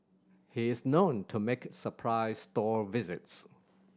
he is known to make surprise store visits